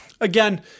again